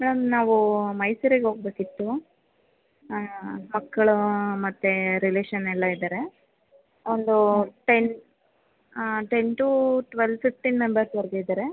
madam ನಾವು ಮೈಸೂರಿಗೆ ಹೋಗಬೇಕಿತ್ತು ಮಕ್ಕಳು ಮತ್ತು ರಿಲೇಶನೆಲ್ಲ ಇದ್ದಾರೆ ಒಂದು ten ten to twelve fifteen ಮೆಂಬರ್ಸ್ವರೆಗೂ ಇದ್ದಾರೆ